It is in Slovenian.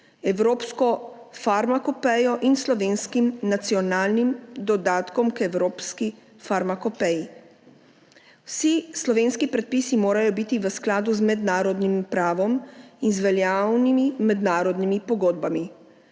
Evropsko farmakopejo in Slovenskim nacionalnim dodatkom k Evropski farmakopeji. Vsi slovenski predpisi morajo biti v skladu z mednarodnim pravom in z veljavnimi mednarodnimi pogodbami,